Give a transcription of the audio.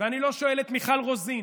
ואני לא שואל את מיכל רוזין,